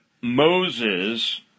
Moses